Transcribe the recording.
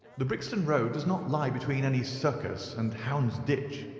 the brixton road does not lie between any circus and houndsditch,